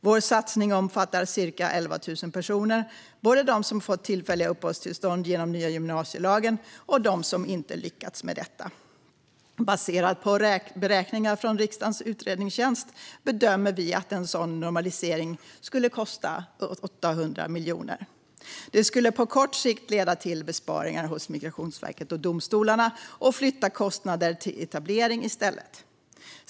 Vår satsning omfattar ca 11 000 personer, både dem som fått tillfälliga uppehållstillstånd genom nya gymnasielagen och dem som inte lyckats med detta. Baserat på beräkningar från riksdagens utredningstjänst bedömer vi att en sådan normalisering skulle kosta 800 miljoner. Det skulle på kort sikt leda till besparingar hos Migrationsverket och domstolarna och till att kostnader i stället flyttades till etablering.